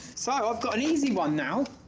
so i've got an easy one now,